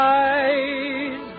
eyes